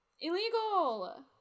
Illegal